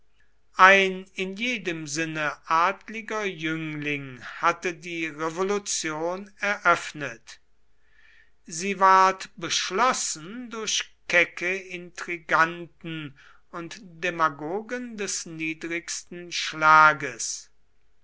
ein in jedem sinne adliger jüngling hatte die revolution eröffnet sie ward beschlossen durch kecke intriganten und demagogen des niedrigsten schlages